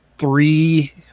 Three